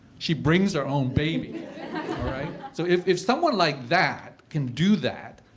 she brings her own baby. all right? so if if someone like that can do that,